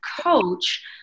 coach